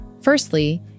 Firstly